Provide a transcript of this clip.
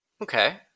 Okay